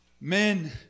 Men